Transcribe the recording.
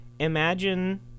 Imagine